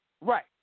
Right